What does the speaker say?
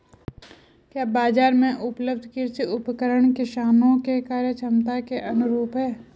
क्या बाजार में उपलब्ध कृषि उपकरण किसानों के क्रयक्षमता के अनुरूप हैं?